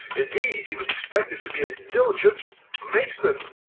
and he he was expected to be a diligent mason,